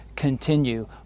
continue